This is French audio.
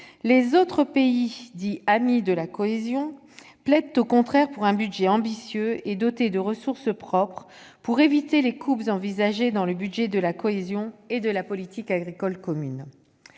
les autres pays, dits « amis de la cohésion », plaident au contraire pour un budget ambitieux et doté de ressources propres pour éviter les coupes envisagées dans le budget de la cohésion et de la politique agricole commune.